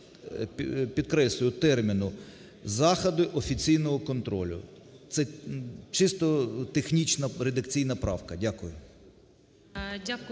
підкреслюю, терміну "заходи офіційного контролю". Це чисто технічна, редакційна правка. Дякую.